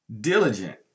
diligent